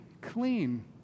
clean